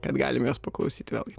kad galim jos paklausyt vėlgi